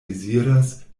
deziras